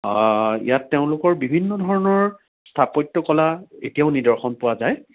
ইয়াত তেওঁলোকৰ বিভিন্ন ধৰণৰ স্থাপত্যকলা এতিয়াও নিদৰ্শন পোৱা যায়